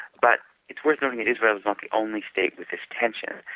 but it's worth noting that israel's not the only state with this tension.